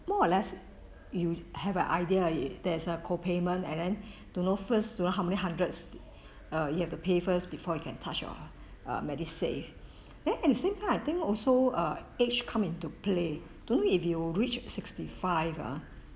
more or less you have an idea I there's a co-payment and then don't know first don't know how many hundreds err you have to pay first before you can touch your err MediSave then at the same time I think also err age come into play don't know if you reach sixty five ah